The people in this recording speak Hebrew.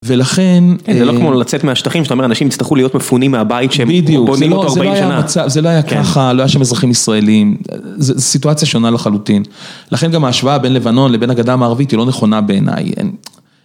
ולכן... זה לא כמו לצאת מהשטחים, זאת אומרת, אנשים יצטרכו להיות מפונים מהבית שהם מפונים אותו 40 שנה. זה לא היה ככה, לא היה שם אזרחים ישראלים, זו סיטואציה שונה לחלוטין. לכן גם ההשוואה בין לבנון לבין הגדה המערבית היא לא נכונה בעיניי.